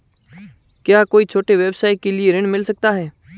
क्या कोई छोटे व्यवसाय के लिए ऋण मिल सकता है?